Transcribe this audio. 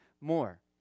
more